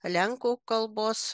lenkų kalbos